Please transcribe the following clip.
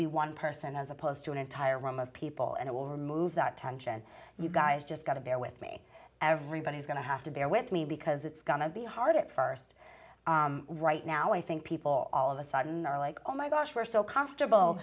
be one person as opposed to an entire room of people and it will remove that tension you guys just got to bear with me everybody's going to have to bear with me because it's gonna be hard at st right now i think people all of a sudden are like oh my gosh we're still constable